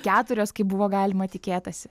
keturios kaip buvo galima tikėtasi